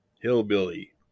Hillbilly